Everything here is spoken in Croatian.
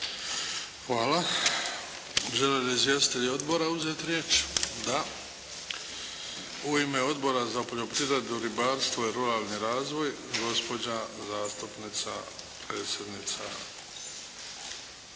Hvala. Žele li izvjestitelji odbora uzeti riječ? Da. U ime Odbora za poljoprivredu, ribarstvo i ruralni razvoj gospođa zastupnica, predsjednica